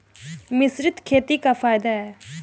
मिश्रित खेती क का फायदा ह?